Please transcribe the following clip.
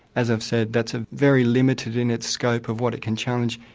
as i've said, that's ah very limited in its scope of what it can challenge.